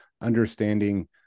understanding